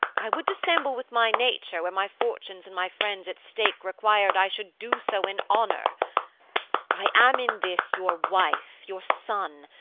i would dissemble with my nature where my fortunes and my friends at stake requir'd i should do so in honour i am in this your wife, your son,